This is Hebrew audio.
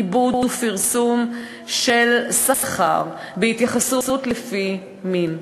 עיבוד ופרסום של שכר בהתייחסות לפי מין.